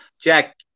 Jack